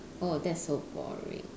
oh that's so boring